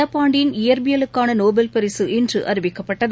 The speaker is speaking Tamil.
நடப்பாண்டின் இயற்பியலுக்கான நோபல் பரிசு இன்று அறிவிக்கப்பட்டது